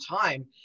time